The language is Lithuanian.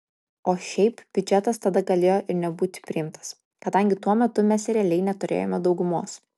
o šiaip biudžetas tada galėjo ir nebūti priimtas kadangi tuo metu mes realiai neturėjome daugumos